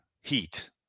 heat